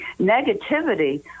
negativity